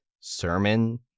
sermon